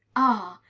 ah!